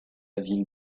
ville